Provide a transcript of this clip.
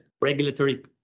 regulatory